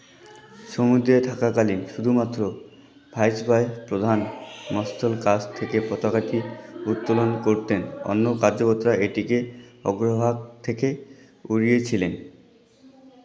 সমুদ্রে থাকাকালীন শুধুমাত্র ভাইসরয় প্রধান মাস্তুল কাছ থেকে পতাকাটি উত্তরণ করতেন অন্য কার্যকর্তারা এটিকে অগ্রভাগ থেকে উড়িয়ে ছিলেন